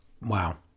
wow